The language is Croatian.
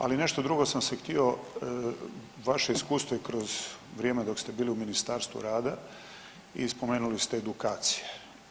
Ali nešto drugo sam se htio, Vaše iskustvo i kroz vrijeme dok ste bili u Ministarstvu rada, i spomenuli ste edukacije.